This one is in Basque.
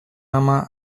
ama